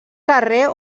carrer